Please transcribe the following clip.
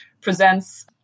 presents